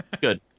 Good